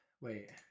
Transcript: Wait